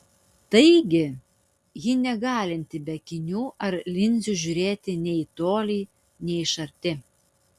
taigi ji negalinti be akinių ar linzių žiūrėti nei į tolį nei iš arti